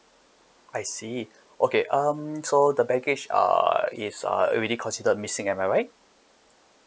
I see okay um so the baggage uh it's uh already considered missing am I right